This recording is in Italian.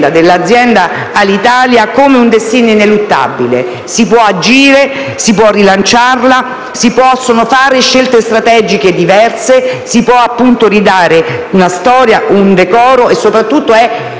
dell'azienda Alitalia come un destino ineluttabile: si può agire, si può rilanciarla, si possono fare scelte strategiche diverse, si possono ridare una storia e un decoro ad